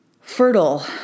Fertile